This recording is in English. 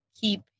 keep